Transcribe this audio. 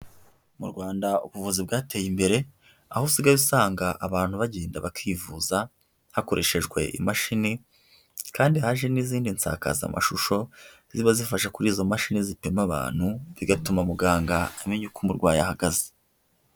Mu Rwanda ubuvuzi bwateye imbere, aho usigaye usanga abantu bagenda bakivuza, hakoreshejwe imashini kandi haje n'izindi nsakazamashusho ziba zifasha kuri izo mashini zipima abantu, bigatuma muganga amenya uko umurwayi ahagaze.